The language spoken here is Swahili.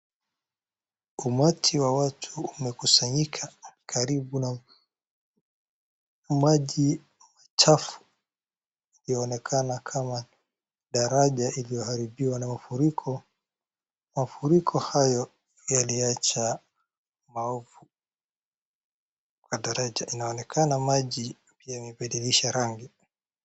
Umati wa watu umekusanyika karibu na maji chafu. Yaonekana kama daraja ilioharibiwa na mafuriko. Mafuriko hayo, yaliwacha maovu. Kwa daraja inaonekana maji imebadilisha rangi.